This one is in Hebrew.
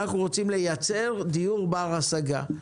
אנחנו רוצים לייצר דיור בר-השגה.